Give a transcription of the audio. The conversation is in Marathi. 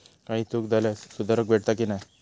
काही चूक झाल्यास सुधारक भेटता की नाय?